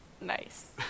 Nice